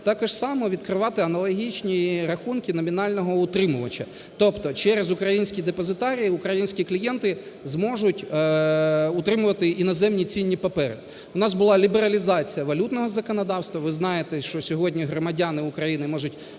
так же само відкривати аналогічні рахунки номінального утримувача, тобто через українські депозитарії українські клієнти зможуть утримувати іноземні цінні папери. У нас була лібералізація валютного законодавства. Ви знаєте, що сьогодні громадяни України можуть